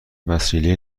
وسیله